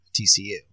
TCU